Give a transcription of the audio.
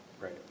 Right